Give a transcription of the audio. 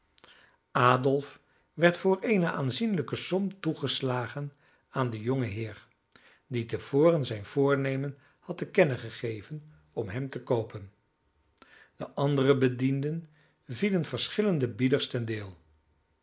adolf werd voor eene aanzienlijke som toegeslagen aan den jongen heer die te voren zijn voornemen had te kennen gegeven om hem te koopen de andere bedienden vielen verschillende bieders ten deel